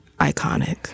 iconic